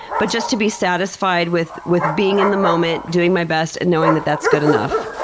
but just to be satisfied with with being in the moment, doing my best, and knowing that that's good enough.